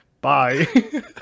Bye